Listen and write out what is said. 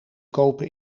kopen